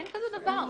אין כזה דבר,